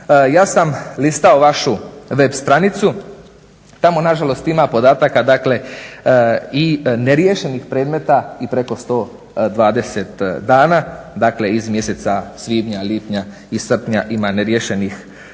Ja sam listao vašu WEB stranicu. Tamo na žalost ima podataka, dakle, i neriješenih predmeta i preko 120 dana, dakle iz mjeseca svibnja, lipnja i srpnja ima neriješenih predmeta.